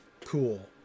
cool